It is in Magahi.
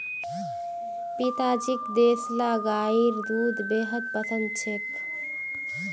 पिताजीक देसला गाइर दूध बेहद पसंद छेक